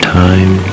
time